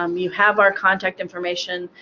um you have our contact information.